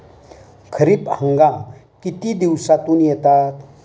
खरीप हंगाम किती दिवसातून येतात?